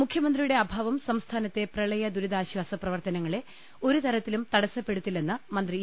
മുഖ്യമന്ത്രിയുടെ അഭാവം സംസ്ഥാനത്തെ പ്രളയദുരിതാശ്ചാസ പ്രവർത്തനങ്ങളെ ഒരുതരത്തിലും തടസ്സപ്പെടുത്തില്ലെന്ന് മന്ത്രി ഇ